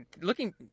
looking